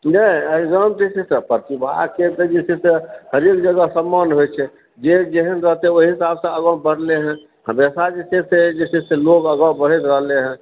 नहि एहिठाम जे छै से प्रतिभाके जे छै से हरेक जगह सम्मान होइ छै जे जेहन रहतै ओहि हिसाबसँ आगाँ बढ़लै हँ हमेशा जे छै से लोक आगाँ बढ़ैत रहलै हँ